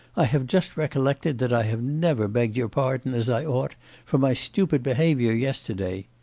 i have just recollected that i have never begged your pardon as i ought for my stupid behaviour yesterday.